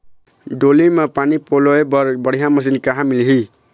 डोली म पानी पलोए बर बढ़िया मशीन कहां मिलही?